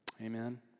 Amen